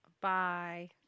Bye